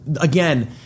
again